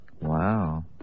Wow